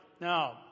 Now